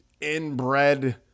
inbred